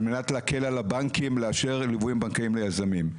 על מנת להקל על הבנקים לאשר ליווים בנקאיים ליזמים.